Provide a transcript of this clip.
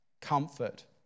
comfort